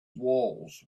walls